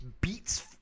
beats